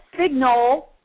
signal